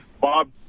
Bob